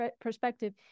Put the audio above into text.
perspective